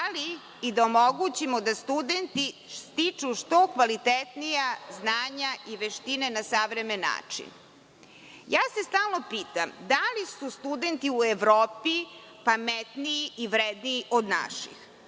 ali i da omogući da studenti stiču što kvalitetnija znanja i veštine na savremen način. Stalno se pitam da li su studenti u Evropi pametniji i vredniji od naših?